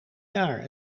jaar